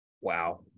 Wow